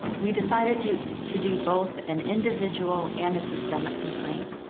we decided to to do both an individual and a systemic complaint,